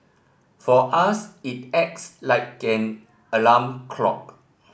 for us it acts like an alarm clock